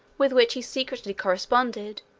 with which he secretly corresponded,